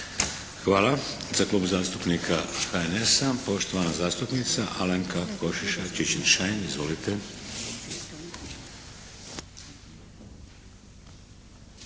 Hvala. Za Klub zastupnika HNS-a poštovana zastupnica Alenka Košiša Čičin-Šain. Izvolite.